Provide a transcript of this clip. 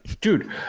Dude